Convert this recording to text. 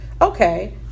okay